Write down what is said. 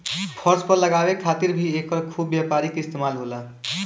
फर्श पर लगावे खातिर भी एकर खूब व्यापारिक इस्तेमाल होला